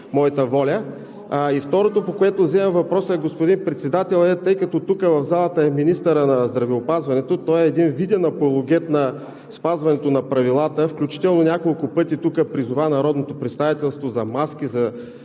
моята воля. Второто, по което вземам думата, господин Председател, е, тъй като в залата е министърът на здравеопазването, той е един виден апологет на спазването на правилата, включително на няколко пъти тук призова народното представителство за маски, за